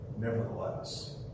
Nevertheless